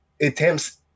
attempts